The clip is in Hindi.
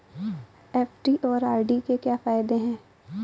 एफ.डी और आर.डी के क्या फायदे हैं?